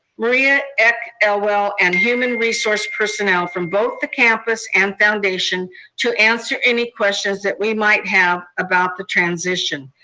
maria eck elwell, and human resource personnel from both the campus and foundation to answer any questions that we might have about the transition.